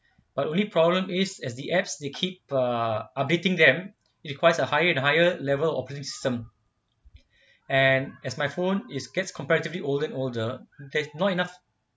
but only problem is as the apps they keep uh updating them it requires a higher and higher level of operating system and as my phone it's get comparatively older and older there's not enough